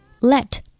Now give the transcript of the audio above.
Let